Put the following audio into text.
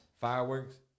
Fireworks